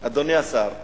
אדוני השר,